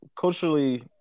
culturally